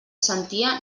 sentia